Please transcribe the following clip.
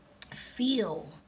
feel